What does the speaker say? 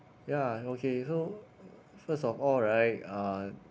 ya okay so first of all right uh